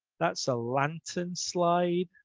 that's a lantern slide.